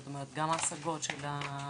זאת אומרת גם ההשגות של ההורים.